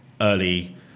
early